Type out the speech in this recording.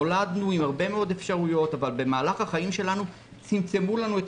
נולדנו עם הרבה מאוד אפשרויות אבל במהלך החיים שלנו צמצמו לנו את